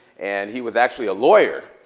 and he was actually a lawyer.